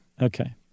Okay